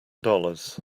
dollars